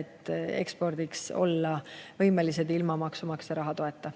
et ekspordiks olla võimelised ilma maksumaksja raha toeta.